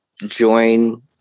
join